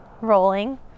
rolling